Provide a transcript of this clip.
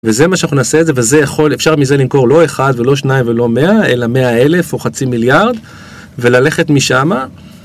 וזה מה שאנחנו נעשה את זה, ואפשר מזה למכור לא אחד ולא שניים ולא מאה, אלא מאה אלף או חצי מיליארד, וללכת משמה.